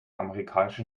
amerikanischen